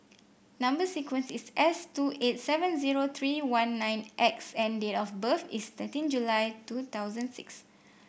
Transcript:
number sequence is S two eight seven zero three one nine X and date of birth is thirteen July two thousand six